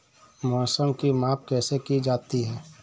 मौसम की माप कैसे की जाती है?